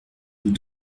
nous